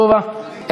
תומא סלימאן,